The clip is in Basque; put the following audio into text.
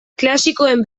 klasikoen